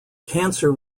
cancer